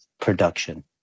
production